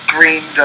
Green